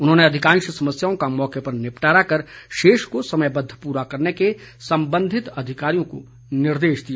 उन्होंने अधिकांश समस्याओं का मौके पर निपटारा कर शेष को समयबद्ध पूरा करने के संबंधित अधिकारियों को निर्देश दिए